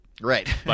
Right